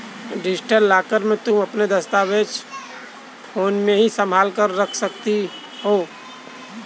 digital locker में तुम अपने दस्तावेज फोन में ही संभाल कर रख सकती हो